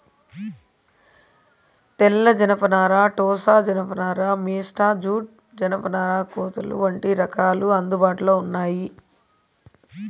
తెల్ల జనపనార, టోసా జానప నార, మేస్టా జూట్, జనపనార కోతలు వంటి రకాలు అందుబాటులో ఉన్నాయి